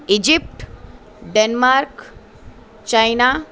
Egypt Denmark China